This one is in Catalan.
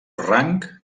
rang